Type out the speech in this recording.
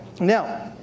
Now